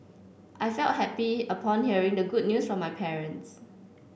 I felt happy upon hearing the good news from my parents